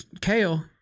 kale